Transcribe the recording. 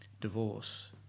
divorce